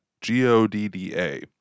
G-O-D-D-A